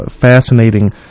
fascinating